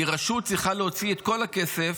כי רשות צריכה להוציא את כל הכסף